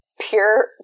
pure